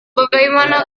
bagaimana